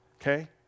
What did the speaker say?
okay